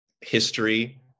history